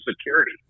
security